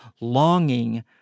longing